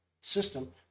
system